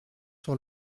sur